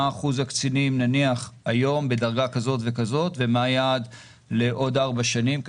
מה אחוז הקצינים בדרגה כזאת וכזאת ומה היעד לעוד ארבע שנים,